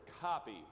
copy